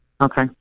okay